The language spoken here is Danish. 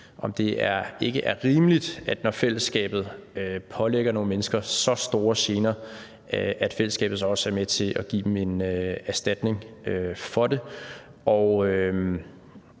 om det ikke er rimeligt, at når fællesskabet pålægger nogle mennesker så store gener, er fællesskabet også med til at give dem en erstatning – ja,